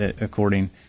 according